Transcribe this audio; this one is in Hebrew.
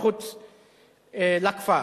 מחוץ לכפר.